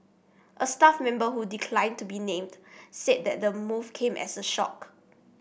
a staff member who declined to be named said the move came as a shock